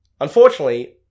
Unfortunately